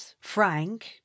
frank